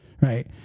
right